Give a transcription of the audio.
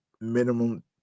minimum